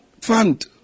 fund